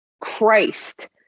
Christ